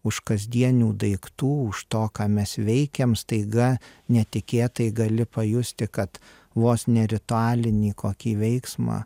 už kasdienių daiktų už to ką mes veikiam staiga netikėtai gali pajusti kad vos ne ritualinį kokį veiksmą